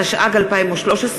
התשע"ג 2013,